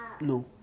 no